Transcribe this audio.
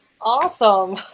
awesome